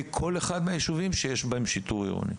כל אחד מהיישובים שיש בהם שיטור עירוני?